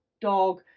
dog